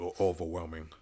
overwhelming